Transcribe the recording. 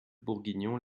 bourguignon